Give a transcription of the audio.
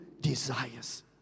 desires